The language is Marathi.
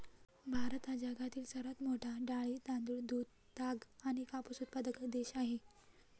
भारत हा जगातील सर्वात मोठा डाळी, तांदूळ, दूध, ताग आणि कापूस उत्पादक देश आहे